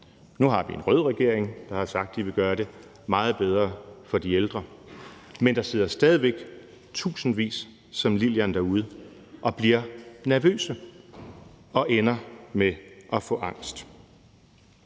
nu har vi en rød regering, der har sagt, at de ville gøre det meget bedre for de ældre, men der sidder stadig væk tusindvis som Lillian derude, som bliver nervøse, og som ender med at få angst.